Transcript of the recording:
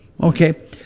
Okay